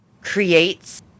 creates